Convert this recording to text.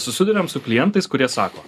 susiduriam su klientais kurie sako